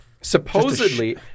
Supposedly